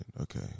Okay